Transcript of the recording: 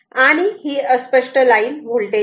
आणि ही अस्पष्ट लाईन व्होल्टेज आहे